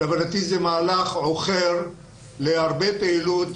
להבנתי זה מהלך להרבה פעילות,